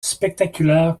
spectaculaires